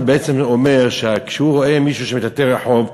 זה בעצם אומר שכשהוא רואה מישהו שמטאטא רחוב,